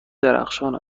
درخشان